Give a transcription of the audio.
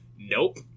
nope